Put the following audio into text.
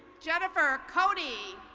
jennifer cody.